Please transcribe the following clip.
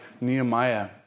Nehemiah